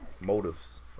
Motives